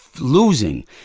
Losing